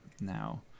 now